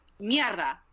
Mierda